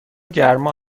گرما